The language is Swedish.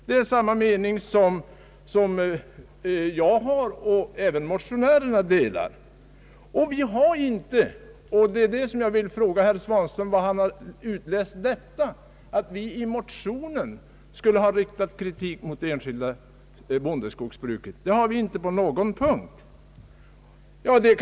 Jag är av samma mening, och den delas också av de andra motionärerna. Vi har inte i motionen riktat kritik mot det enskilda bondeskogsbruket. Var kan herr Svanström finna detta?